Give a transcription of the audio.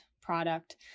product